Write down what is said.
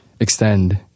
extend